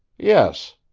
yes,